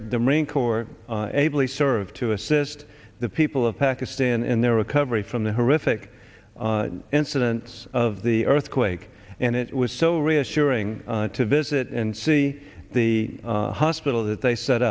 the marine corps ably served to assist the people of pakistan in their recovery from the horrific incidents of the earthquake and it was so reassuring to visit and see the hospitals that they set